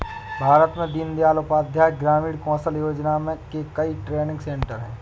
भारत में दीन दयाल उपाध्याय ग्रामीण कौशल योजना के कई ट्रेनिंग सेन्टर है